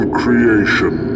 creation